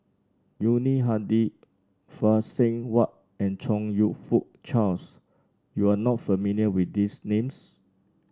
Yuni Hadi Phay Seng Whatt and Chong You Fook Charles you are not familiar with these names